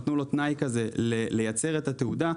נתנו לו תנאי לפיו הוא צריך לייצר את התעודה,